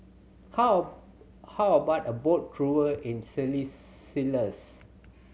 how how about a boat tour in Seychelles